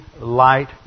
light